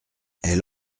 elle